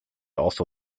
also